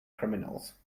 criminals